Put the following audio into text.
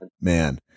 man